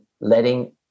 letting